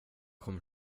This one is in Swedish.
kommer